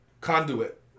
Conduit